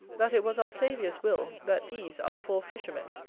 that it was our saviour's will that these, our four fishermen,